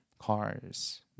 cars